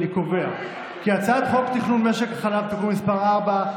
אני קובע כי הצעת חוק תכנון משק החלב (תיקון מס' 4),